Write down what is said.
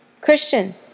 Christian